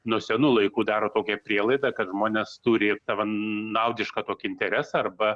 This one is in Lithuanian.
nuo senų laikų daro tokią prielaidą kad žmonės turi savan naudišką tokį interesą arba